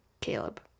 Caleb